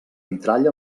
vitrall